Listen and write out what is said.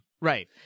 Right